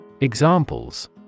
Examples